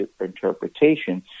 interpretation